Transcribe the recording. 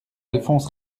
alphonse